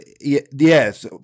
Yes